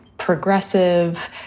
progressive